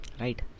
right